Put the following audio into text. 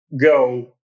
go